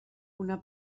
una